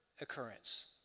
occurrence